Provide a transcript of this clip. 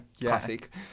Classic